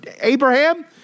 Abraham